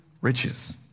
riches